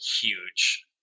huge